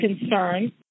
concern